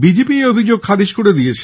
BJP এই অভিযোগ খারিজ করে দিয়েছে